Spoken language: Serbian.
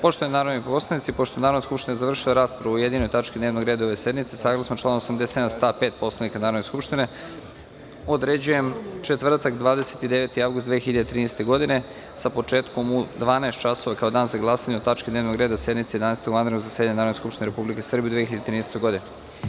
Poštovani narodni poslanici, pošto je Narodna skupština završila raspravu o jedinoj tački dnevnog reda ove sednice, saglasno članu 87. stav 5. Poslovnika Narodne skupštine, određujem četvrtak, 29. avgust 2013. godine sa početkom u 12,00 časova, kao dan za glasanje, o tački dnevnog reda sednice Jedanaestog vanrednog zasedanja Narodne skupštine Republike Srbije u 2013. godini.